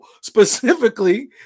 Specifically